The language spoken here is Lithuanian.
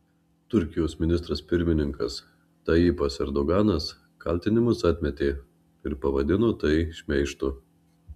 turkijos ministras pirmininkas tayyipas erdoganas kaltinimus atmetė ir pavadino tai šmeižtu